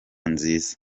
nziza